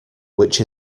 which